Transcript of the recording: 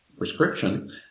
Prescription